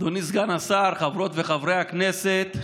אדוני סגן השר, חברות וחברי הכנסת,